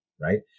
right